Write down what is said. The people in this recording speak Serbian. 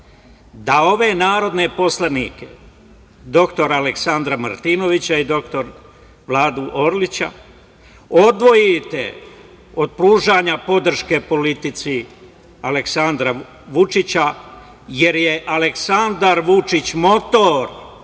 da ove narodne poslanike, dr Aleksandra Martinovića i dr Vladu Orlića odvojite od pružanja podrške politici Aleksandra Vučić, jer je Aleksandar Vučić motor